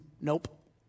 nope